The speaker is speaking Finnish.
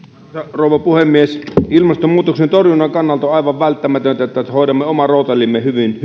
rouva puhemies ilmastonmuutoksen torjunnan kannalta on aivan välttämätöntä että hoidamme oman rootelimme hyvin ja